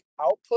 output